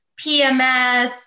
PMS